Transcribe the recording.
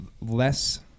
less